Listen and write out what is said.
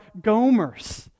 gomers